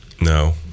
No